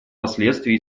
последствий